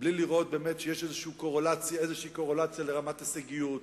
בלי לראות באמת שיש איזו קורלציה לרמת ההישגיות,